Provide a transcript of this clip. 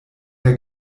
der